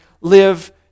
live